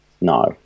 no